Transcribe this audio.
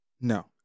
no